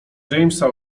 jamesa